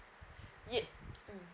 ye~ mm